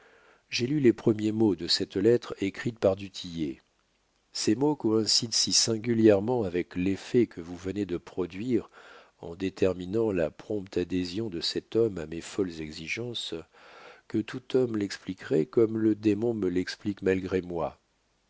j'ai lu les premiers mots de cette lettre écrite par du tillet ces mots coïncident si singulièrement avec l'effet que vous venez de produire en déterminant la prompte adhésion de cet homme à mes folles exigences que tout homme l'expliquerait comme le démon me l'explique malgré moi